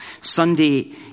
Sunday